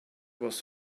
was